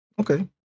Okay